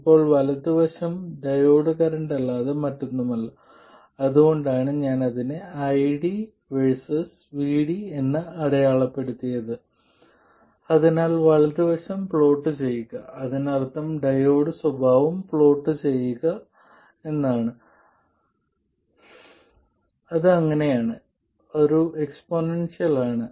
ഇപ്പോൾ വലതു വശം ഡയോഡ് കറന്റ് അല്ലാതെ മറ്റൊന്നുമല്ല അതുകൊണ്ടാണ് ഞാൻ അതിനെ ID VS VD എന്ന് അടയാളപ്പെടുത്തിയത് അതിനാൽ വലതുവശം പ്ലോട്ട് ചെയ്യുക അതിനർത്ഥം ഡയോഡ് സ്വഭാവം പ്ലോട്ട് ചെയ്യുക എന്നാണ് അത് അങ്ങനെയാണ് അത് എക്സ്പോണൻഷ്യൽ ആണ്